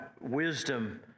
wisdom